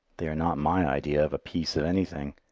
they are not my idea of a piece of anything.